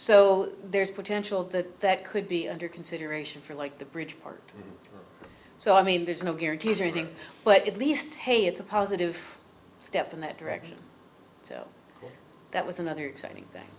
so there's potential that that could be under consideration for like the bridge part so i mean there's no guarantees or think but at least hey it's a positive step in that direction so that was another exciting thing